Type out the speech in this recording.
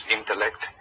intellect